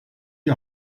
die